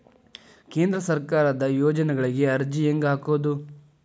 ಕೇಂದ್ರ ಸರ್ಕಾರದ ಯೋಜನೆಗಳಿಗೆ ಅರ್ಜಿ ಹೆಂಗೆ ಹಾಕೋದು?